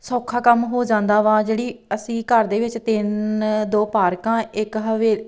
ਸੋਖਾ ਕੰਮ ਹੋ ਜਾਂਦਾ ਵਾ ਜਿਹੜੀ ਅਸੀਂ ਘਰ ਦੇ ਵਿੱਚ ਤਿੰਨ ਦੋ ਪਾਰਕਾਂ ਇੱਕ ਹਵੇ